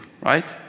right